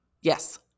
Yes